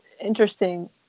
interesting